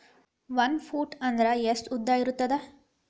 ಒಂದು ಫೂಟ್ ಅಂದ್ರೆ ಎಷ್ಟು ಉದ್ದ ಇರುತ್ತದ?